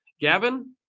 Gavin